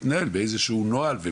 לעבור איזה הליך בירוקרטי.